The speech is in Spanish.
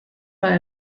para